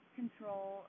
control